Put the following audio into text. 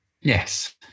Yes